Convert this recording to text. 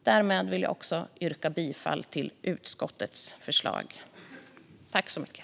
Därmed vill jag yrka bifall till utskottets förslag i betänkandet.